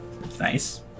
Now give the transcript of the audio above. Nice